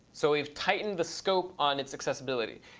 so we've tightened the scope on its accessibility,